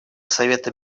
совета